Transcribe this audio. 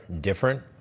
different